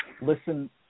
listen